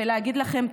ולהגיד לכם תודה,